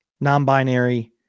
non-binary